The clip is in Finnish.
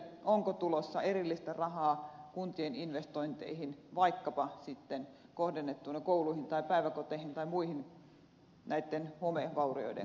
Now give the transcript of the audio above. onko tulossa erillistä rahaa kuntien investointeihin vaikkapa sitten kohdennettuna kouluihin tai päiväkoteihin tai muihin näiden homevaurioiden korjaamiseksi